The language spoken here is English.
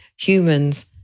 humans